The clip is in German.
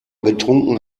getrunken